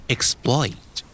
Exploit